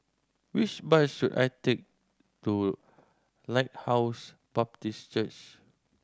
which bus should I take to Lighthouse Baptist Church